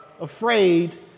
afraid